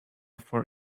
for